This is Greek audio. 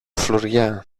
φλουριά